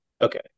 Okay